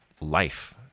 life